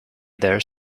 there